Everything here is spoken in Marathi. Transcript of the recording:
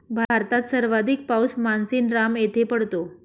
भारतात सर्वाधिक पाऊस मानसीनराम येथे पडतो